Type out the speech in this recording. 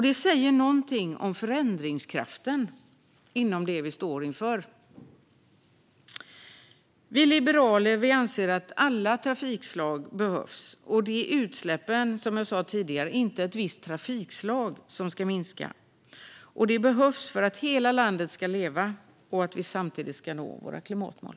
Det säger någonting om förändringskraften inom det vi står inför. Vi liberaler anser att alla transportslag behövs och att det är utsläppen som ska minska, inte ett visst trafikslag. Det behövs för att hela landet ska leva och vi samtidigt ska nå våra klimatmål.